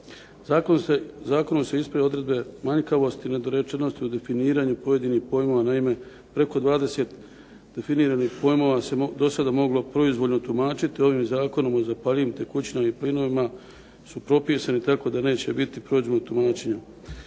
Zakonom se ispravljaju odredbe manjkavosti i nedorečenosti u definiranju pojedinih pojmova. Naime, preko 20 definiranih pojmova se do sada moglo proizvoljno tumačiti ovim zakonom o zapaljivim tekućinama i plinovima su propisani tako da neće biti proizvoljnog tumačenja.